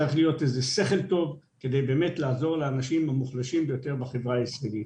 צריך לבחון בשכל טוב כדי לעזור לאנשים המוחלשים ביותר בחברה הישראלית.